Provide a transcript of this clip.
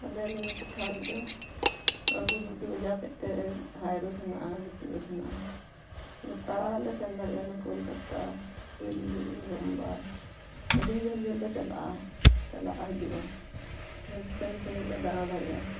ᱟᱞᱮ ᱱᱤᱭᱟᱹ ᱴᱚᱴᱷᱟ ᱨᱮᱫᱚ ᱵᱩᱫ ᱵᱩᱫ ᱵᱟᱡᱟᱨ ᱥᱮᱫ ᱛᱮ ᱦᱟᱭᱨᱳᱰ ᱦᱮᱱᱟᱜ ᱼᱟ ᱡᱤᱴᱤ ᱨᱳᱰ ᱦᱮᱱᱟᱜᱼᱟ ᱜᱚᱴᱟ ᱞᱮ ᱥᱮᱱ ᱫᱟᱲᱮᱭᱟᱜ ᱤᱱᱟᱹ ᱠᱳᱞᱠᱟᱛᱟ ᱫᱤᱞᱞᱤ ᱵᱩᱢᱵᱟᱭ ᱟ ᱰᱤ ᱡᱷᱟᱹᱞ ᱡᱷᱟᱞ ᱞᱮ ᱪᱟᱞᱟᱜᱼᱟ ᱪᱟᱞᱟᱜᱼᱟ ᱦᱤᱡᱩᱜᱼᱟ ᱰᱷᱮᱨ ᱥᱟᱺᱜᱤᱧ ᱥᱟᱺᱜᱤᱧ ᱞᱮ ᱫᱟᱬᱟ ᱫᱟᱲᱮᱭᱟᱜᱼᱟ